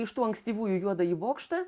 iš tų ankstyvųjų juodąjį bokštą